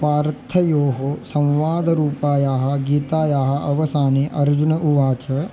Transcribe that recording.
पार्थयोः संवादरूपायाः गीतायाः अवसाने अर्जुन उवाच